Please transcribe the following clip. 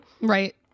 Right